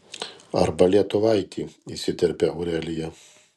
arba lietuvaitį įsiterpia aurelija